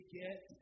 get